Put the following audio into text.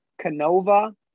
Canova